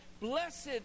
Blessed